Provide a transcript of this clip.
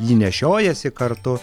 jį nešiojiesi kartu